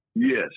Yes